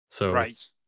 Right